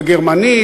ו"גרמנית",